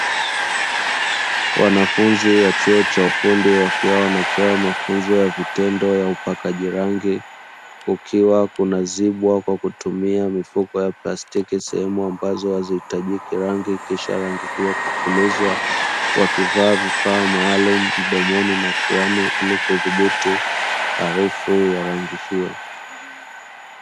Wanafunzi wa chuo cha ufundi, wakiwa wanapewa mafunzo ya vitendo ya upakaji rangi, kukiwa kunazibwa kwa kutumia mifuko ya plastiki sehemu ambazo hazihitajiki rangi kisha rangi hiyo kupulizwa, wakivaa vifaa maalumu mdomoni na pwani ili kudhibiti, harufu ya rangi hiyo.